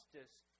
justice